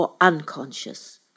unconscious